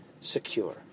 secure